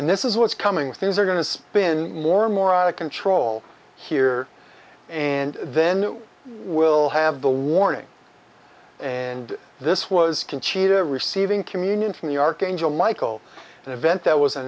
and this is what's coming things are going to spin more and more out of control here and then we'll have the warning and this was conchita receiving communion from the archangel michael an event that was an